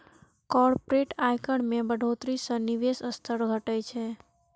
corporate आयकर मे बढ़ोतरी सं निवेशक स्तर घटै छै